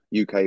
UK